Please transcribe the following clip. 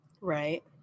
Right